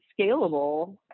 scalable